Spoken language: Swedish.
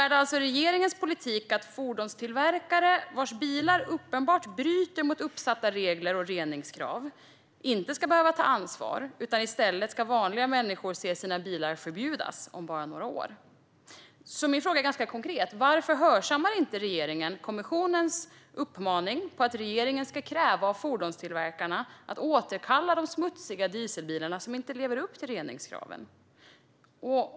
Är det alltså regeringens politik att fordonstillverkare vars bilar uppenbart bryter mot uppsatta regler och reningskrav inte ska behöva ta ansvar, medan i stället vanliga människor ska se sina bilar förbjudas om bara några år? Min fråga är ganska konkret. Varför hörsammar inte regeringen kommissionens uppmaning att regeringen ska kräva av fordonstillverkarna att de återkallar de smutsiga dieselbilar som inte lever upp till reningskraven?